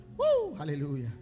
Hallelujah